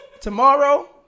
Tomorrow